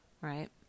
right